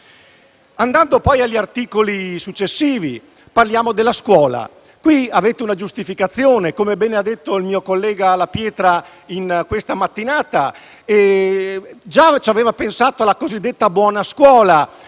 Passando poi agli articoli successivi, parliamo della scuola. Qui avete una giustificazione: come bene ha detto il mio collega La Pietra questa mattina ci aveva già pensato la cosiddetta buona scuola